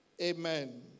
Amen